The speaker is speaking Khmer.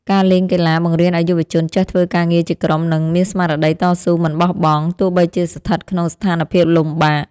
ការលេងកីឡាបង្រៀនឱ្យយុវជនចេះធ្វើការងារជាក្រុមនិងមានស្មារតីតស៊ូមិនបោះបង់ទោះបីជាស្ថិតក្នុងស្ថានភាពលំបាក។